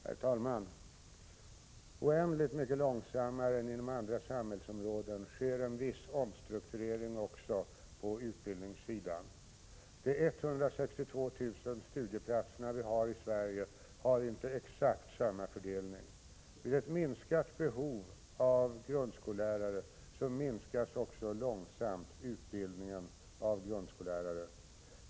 Herr talman! Oändligt mycket långsammare än inom andra samhällsområden sker en viss omstrukturering också på utbildningssidan. De 162 000 studieplatser som vi har i Sverige har inte exakt samma fördelning. Vid ett minskat behov av grundskollärare minskas också långsamt utbildningen av grundskollärare.